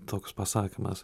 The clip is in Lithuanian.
toks pasakymas